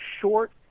short